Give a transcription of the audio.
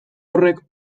horrek